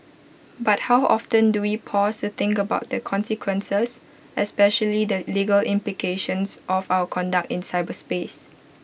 but how often do we pause to think about the consequences especially the legal implications of our conduct in cyberspace